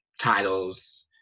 titles